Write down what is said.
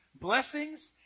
Blessings